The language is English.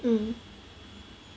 mm